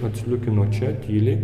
atsliūkino čia tyliai